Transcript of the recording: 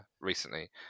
recently